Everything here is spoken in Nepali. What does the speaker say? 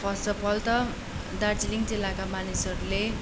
फर्स्ट अफ अल त दार्जिलिङ जिल्लाका मानिसहरूले